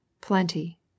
plenty